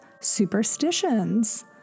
superstitions